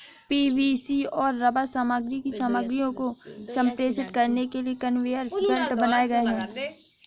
PVC और rubber सामग्री की सामग्रियों को संप्रेषित करने के लिए कन्वेयर बेल्ट बनाए गए हैं